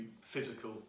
physical